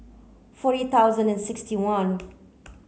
forty thousand and sixty one